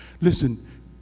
Listen